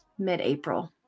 Mid-April